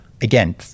Again